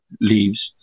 leaves